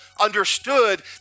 understood